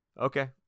Okay